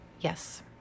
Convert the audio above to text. Yes